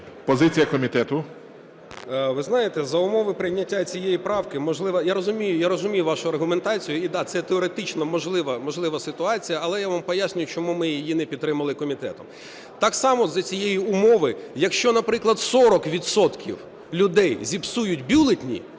БАБАК С.В. Ви знаєте, за умови прийняття цієї правки, можливо... Я розумію вашу аргументацію і, да, це теоретично можлива ситуація. Але я вам пояснюю, чому ми її не підтримали комітетом. Так само за цієї умови, якщо, наприклад, 40 відсотків людей зіпсують бюлетені,